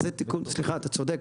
אתה צודק,